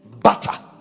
Butter